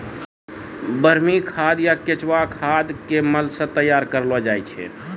वर्मी खाद या केंचुआ खाद केंचुआ के मल सॅ तैयार करलो जाय छै